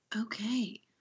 Okay